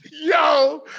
Yo